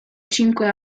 cinque